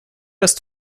ist